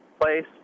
place